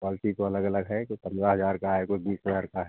quality तो अलग अलग है कोई पन्द्रह हजार का है कोई बीस हज़ार का है